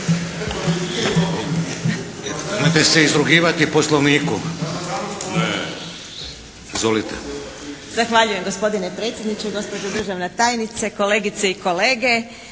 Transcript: Zahvaljujem gospodine predsjedniče, gospođo državna tajnice, kolegice i kolege.